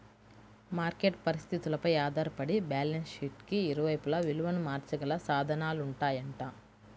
market పరిస్థితులపై ఆధారపడి balance షీట్కి ఇరువైపులా విలువను మార్చగల సాధనాలుంటాయంట